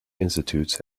institutes